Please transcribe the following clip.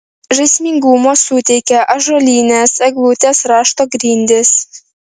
žaismingumo suteikia ąžuolinės eglutės rašto grindys